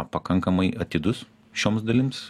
pakankamai atidūs šioms dalims